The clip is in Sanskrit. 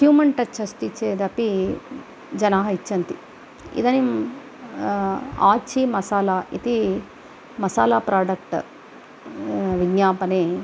ह्युमन् टच् अस्ति चेदपि जनाः इच्छन्ति इदानीं आच्चि मसाला इति मसाला प्राडक्ट् विज्ञापने